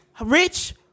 rich